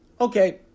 Okay